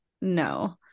No